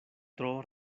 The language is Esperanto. tro